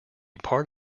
part